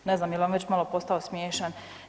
Ne znam jel vam već malo postao smiješan.